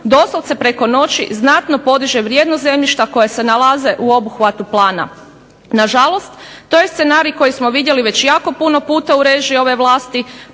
doslovce preko noći znatno podiže vrijednost zemljišta koje se nalaze u obuhvatu plana. Nažalost, to je scenarij koji smo vidjeli jako puno puta u režiji ove vlasti,